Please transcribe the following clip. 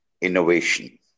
innovation